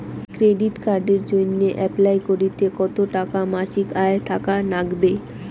Credit কার্ডের জইন্যে apply করিতে কতো টাকা মাসিক আয় থাকা নাগবে?